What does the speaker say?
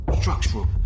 structural